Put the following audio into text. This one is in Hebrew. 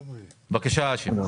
בבקשה, האשם.